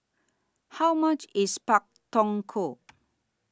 How much IS Pak Thong Ko